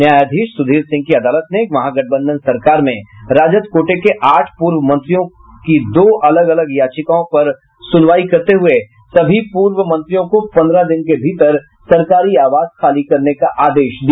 न्यायाधीश सुधीर सिंह की अदालत ने महागठबंधन सरकार में राजद कोटे के आठ पूर्व मंत्रियों की दो अलग अलग याचिकाओं पर सुनवाई करते हुये सभी पूर्व मंत्रियों को पन्द्रह दिन के भीतर सरकारी आवास खाली करने का आदेश दिया